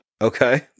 Okay